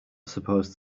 supposed